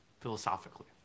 Philosophically